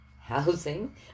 housing